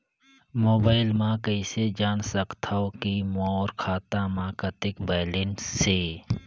Mobile म कइसे जान सकथव कि मोर खाता म कतेक बैलेंस से?